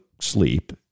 sleep